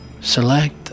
Select